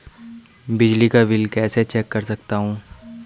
बिजली का बिल कैसे चेक कर सकता हूँ?